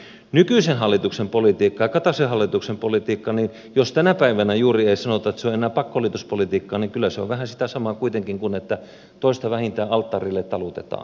mitä tulee nykyisen hallituksen politiikkaan ja kataisen hallituksen politiikkaan niin jos tänä päivänä juuri ei sanota että se on pakkoliitospolitiikkaa niin kyllä se on vähän sitä samaa kuitenkin kuin että toista vähintään alttarille talutetaan